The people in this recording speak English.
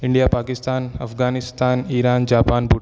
India Pakistan Afghanistan Iran Japan Bhutan